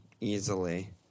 easily